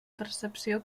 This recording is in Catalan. percepció